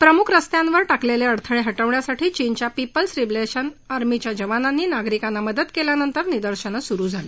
प्रमुख रस्त्यावर टाकलेले अडथळे हटवण्यासाठी चीनच्या पीपल्स लिबरेशन आर्मीच्या जवानांनी नागरिकांना मदत केल्यानंतर निदर्शनं सुरु झाली